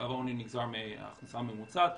קו העוני נגזר מההכנסה הממוצעת,